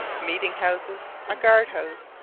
meeting-houses, a guard-house,